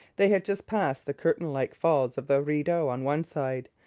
they had just passed the curtain-like falls of the rideau on one side,